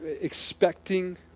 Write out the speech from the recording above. expecting